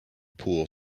pool